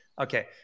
Okay